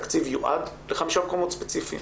התקציב יועד לחמישה מקומות ספציפיים.